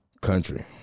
Country